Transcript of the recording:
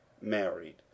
married